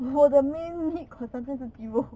我的 main meat consumption 是鸡肉